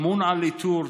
אמון על איתור,